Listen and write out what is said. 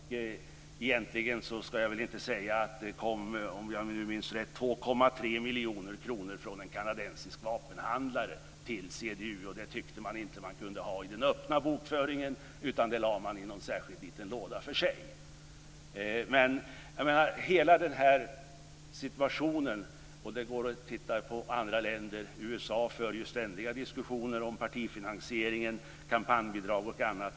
Egentligen ska jag väl inte säga att det kom, om jag minns rätt, 2,3 miljoner kronor från en kanadensisk vapenhandlare till CDU. Det tyckte man inte att man kunde ha i den öppna bokföringen, utan det lade man i en särskild liten låda för sig. Det går att titta på andra länder. I USA för man ständiga diskussioner om partifinansiering, kampanjbidrag och annat.